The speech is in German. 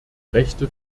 rechte